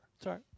sorry